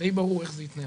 די ברור איך זה התנהל.